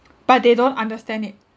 but they don't understand it